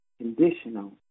conditional